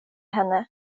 henne